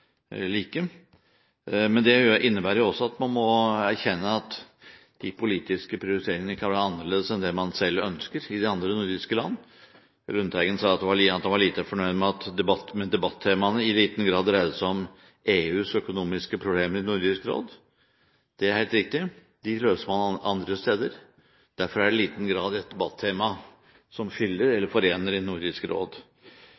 Men det innebærer også at man må erkjenne at de politiske prioriteringene i de andre nordiske land kan være annerledes enn de man selv har. Lundteigen sa han var lite fornøyd med at debattemaene i Nordisk råd i liten grad dreide seg om EUs økonomiske problemer. Det er helt riktig, de løser man andre steder. Derfor er dette i liten grad et debattema som